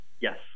Yes